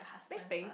Big-Bang